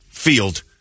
field